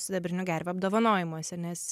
sidabrinių gervių apdovanojimuose nes